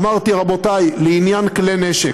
אמרתי: רבותי, לעניין כלי נשק,